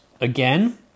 Again